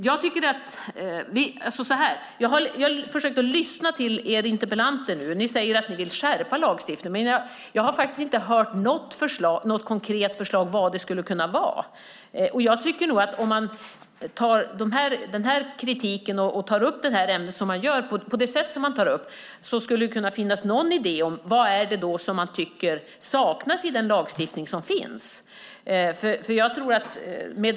Jag har försökt att lyssna på er interpellanter. Ni säger att ni vill skärpa lagstiftningen, men jag har faktiskt inte hört något konkret förslag på vad det skulle kunna vara. Jag tycker att när man för fram kritik på det här sättet skulle det finnas någon idé om vad man tycker saknas i den befintliga lagstiftningen.